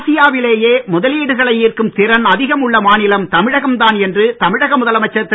ஆசியாவிலேயே முதலீடுகளை ஈர்க்கும் திறன் அதிகம் உள்ள மாநிலம் தமிழகம் தான் என்று தமிழக முதலமைச்சர் திரு